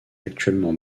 actuellement